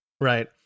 right